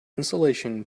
insulation